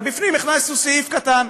אבל בפנים הכנסנו סעיף קטן,